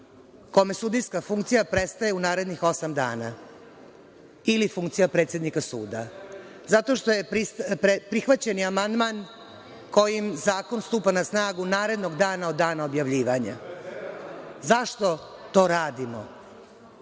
kome sudijska funkcija prestaje u narednih osam dana, ili funkcija predsednika suda, zato što je prihvaćeni amandman kojim zakon stupa na snagu narednog dana od dana objavljivanja. Zašto to radimo?